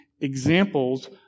examples